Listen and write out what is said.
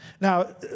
Now